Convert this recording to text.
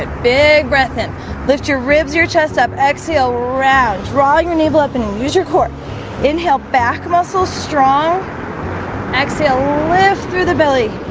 big breath in lift your ribs your chest up exhale round draw your navel up and and use your core inhale back muscles strong exhale lift through the belly